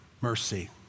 mercy